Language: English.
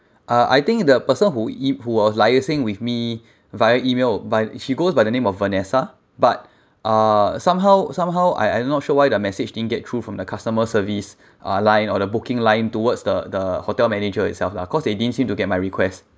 uh I think the person who e~ who was liaising with me via email but she goes by the name of vanessa but uh somehow somehow I I'm not sure why the message didn't get through from the customer service uh line or the booking line towards the the hotel manager itself lah cause they didn't seem to get my request